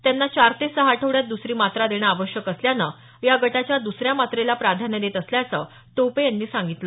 त्यांना चार ते सहा आठवड्यात दसरी मात्रा देणं आवश्यक असल्यानं या गटाच्या दसऱ्या मात्रेला प्राधान्य देत असल्याचं टोपे यांनी सांगितलं